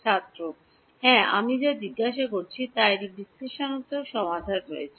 ছাত্র হ্যাঁ আমি যা জিজ্ঞাসা করছি তার একটি বিশ্লেষণাত্মক সমাধান রয়েছে